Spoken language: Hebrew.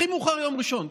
הכי מאוחר ביום ראשון.